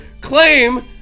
claim